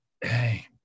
Hey